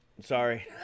Sorry